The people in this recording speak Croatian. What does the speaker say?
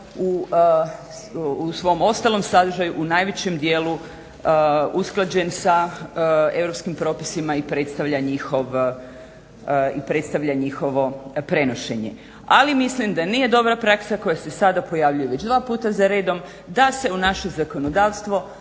u svom ostalom sadržaju u najvećem dijelu usklađen sa europskim propisima i predstavlja njihovo prenošenje. Ali mislim da nije dobra praksa koja se sada pojavljuje već dva puta za redom, da se u naše zakonodavstvo